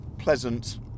pleasant